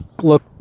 look